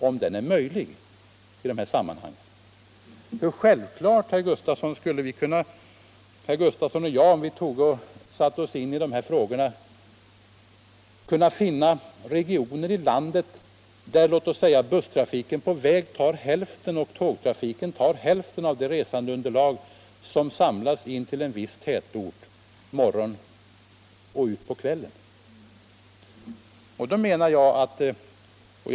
Om herr Gustafson och jag satte oss in i dessa frågor skulle vi naturligtvis kunna finna regioner i landet där busstrafiken på väg tar hälften och tågtrafiken hälften av det resandeunderlag som samlas intill en viss tätort på morgonen och lämnar den på kvällen.